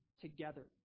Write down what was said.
together